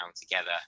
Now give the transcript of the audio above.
together